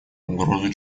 угрозу